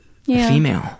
female